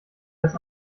das